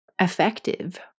effective